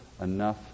enough